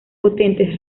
potentes